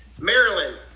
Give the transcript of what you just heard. Maryland